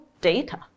data